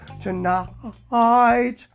tonight